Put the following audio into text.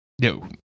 No